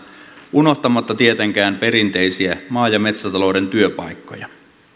unohtamatta tietenkään perinteisiä maa ja metsätalouden työpaikkoja